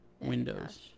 Windows